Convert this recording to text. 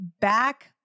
back